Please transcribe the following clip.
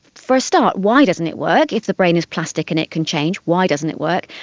for a start why doesn't it work, if the brain is plastic and it can change, why doesn't it work?